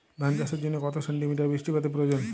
ধান চাষের জন্য কত সেন্টিমিটার বৃষ্টিপাতের প্রয়োজন?